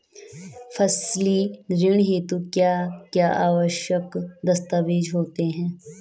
फसली ऋण हेतु क्या क्या आवश्यक दस्तावेज़ होते हैं?